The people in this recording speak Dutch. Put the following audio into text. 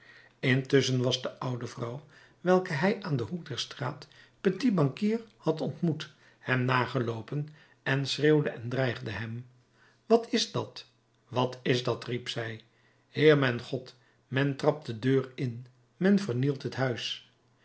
intusschen was de oude vrouw welke hij aan den hoek der straat petit banquier had ontmoet hem nageloopen en schreeuwde en dreigde hem wat is dat wat is dat riep zij heer mijn god men trapt de deur in men vernielt het huis